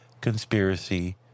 conspiracy